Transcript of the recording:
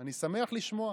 אני שמח לשמוע.